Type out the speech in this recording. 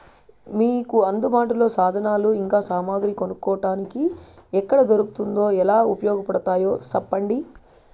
మీకు అందుబాటులో సాధనాలు ఇంకా సామగ్రి కొనుక్కోటానికి ఎక్కడ దొరుకుతుందో ఎలా ఉపయోగపడుతాయో సెప్పండి?